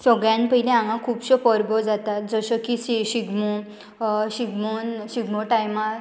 सगळ्यांत पयलीं हांगा खुबश्यो परबो जातात जश्यो की शि शिगमो शिगमोन शिगमो टायमार